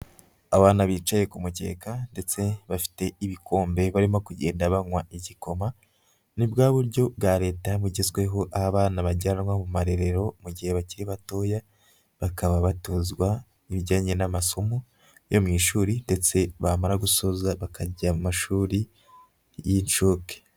Abana bicaye ku mukeka ndetse bafite ibikombe barimo kugenda banywa igikoma, ni bwa buryo bwa leta bugezweho abana bajyanwa mu marerero mu gihe bakiri batoya, bakaba batozwa ibijyanye n'amasomo yo mu ishuri ndetse bamara gusoza bakajya mu mashuri y'incuke.